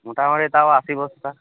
ওটা হবে তাও আশি বস্তা